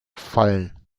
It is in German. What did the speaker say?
fallen